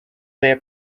their